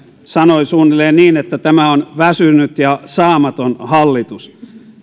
sanoi suunnilleen niin että tämä on väsynyt ja saamaton hallitus